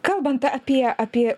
kalbant apie apie